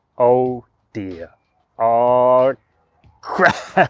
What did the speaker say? oh dear oh crap